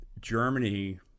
Germany